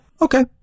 okay